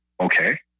okay